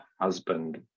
husband